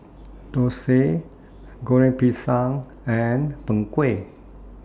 Dosa Goreng Pisang and Png Kueh